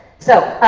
so,